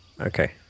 Okay